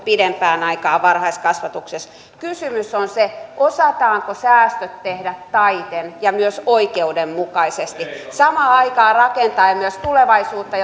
pidempään aikaan varhaiskasvatuksessa kysymys on se osataanko säästöt tehdä taiten ja myös oikeudenmukaisesti samaan aikaan rakentaen myös tulevaisuutta